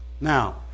Now